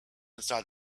inside